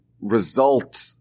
result